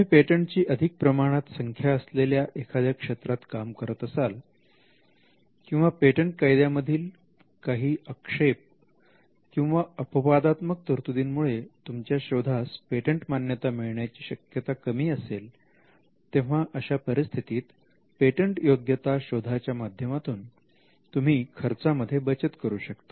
तुम्ही पेटंटची अधिक प्रमाणात संख्या असलेल्या एखाद्या क्षेत्रात काम करत असाल किंवा पेटंट कायद्यामधील काही अक्षेप किंवा अपवादात्मक तरतुदींमुळे तुमच्या शोधास पेटंट मान्यता मिळण्याची शक्यता कमी असेल तेव्हा अशा परिस्थितीत पेटंटयोग्यता शोधाच्या माध्यमातून तुम्ही खर्चामध्ये बचत करू शकता